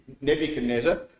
Nebuchadnezzar